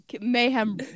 Mayhem